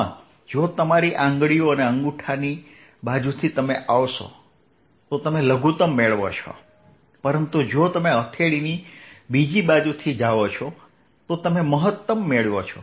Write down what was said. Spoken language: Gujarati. આમાં જો તમે તમારી આંગળીઓ અને અંગૂઠાની બાજુથી આવશો તો તમે લઘુતમ મેળવો છો પરંતુ જો તમે હથેળીથી બીજી બાજુ જાઓ છો તો તમે મહત્તમ મેળવો છો